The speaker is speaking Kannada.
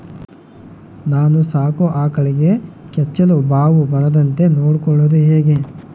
ನಾನು ಸಾಕೋ ಆಕಳಿಗೆ ಕೆಚ್ಚಲುಬಾವು ಬರದಂತೆ ನೊಡ್ಕೊಳೋದು ಹೇಗೆ?